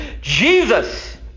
Jesus